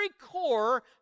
core